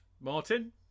Martin